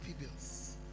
bills